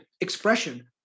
expression